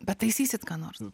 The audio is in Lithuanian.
bet taisysit ką nors